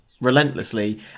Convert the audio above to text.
relentlessly